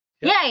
Yay